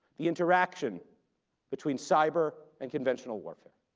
the interaction between cyber and conventional warfare,